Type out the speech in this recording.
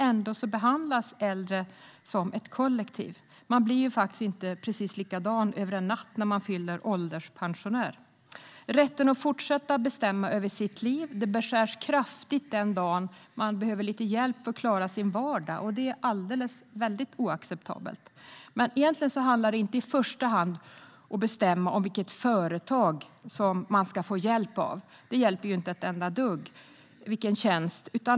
Ändå behandlas äldre som ett kollektiv. Men alla blir faktiskt inte precis likadana över en natt när de blir ålderspensionärer. Rätten att fortsätta bestämma över sitt liv beskärs kraftigt den dagen man behöver lite hjälp för att klara vardagen. Det är alldeles oacceptabelt. Det handlar egentligen inte i första hand om att bestämma vilket företag man ska få hjälp av. Det hjälper ju inte ett enda dugg.